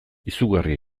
izugarria